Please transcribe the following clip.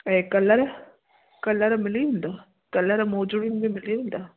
ऐं colour colour मिली वेंदा कलर मोजिड़िन में मिली वेंदा